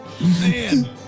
Man